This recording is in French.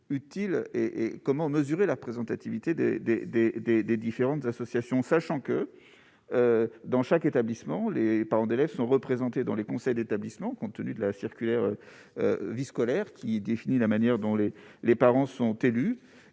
utile et et comment mesurer la représentativité des, des, des, des, des différentes associations, sachant que, dans chaque établissement, les parents d'élèves sont représentés dans les conseils d'établissement compte tenu de la circulaire vie scolaire qui définit la manière dont les les parents sont élus